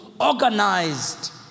organized